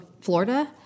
Florida